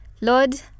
Lord